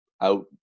out